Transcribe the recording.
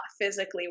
physically